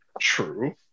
True